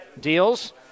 deals